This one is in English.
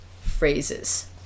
phrases